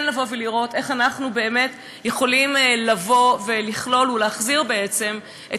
כן לראות איך אנחנו יכולים לבוא ולכלול ולהחזיר בעצם את